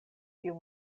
tiu